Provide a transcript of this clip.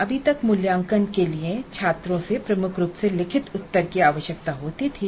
अभी तक मूल्यांकन के लिए छात्रों से प्रमुख रूप से लिखित उत्तर की आवश्यकता होती थी